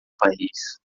país